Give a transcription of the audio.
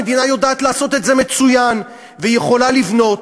המדינה יודעת לעשות את זה מצוין והיא יכולה לבנות.